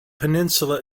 peninsula